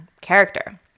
character